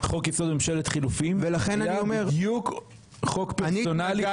חוק יסוד: ממשלת חילופין היה בדיוק חוק פרסונלי,